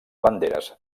banderes